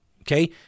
Okay